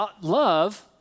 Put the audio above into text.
Love